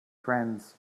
friends